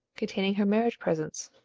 containing her marriage presents,